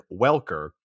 Welker